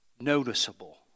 noticeable